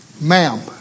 Ma'am